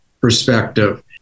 perspective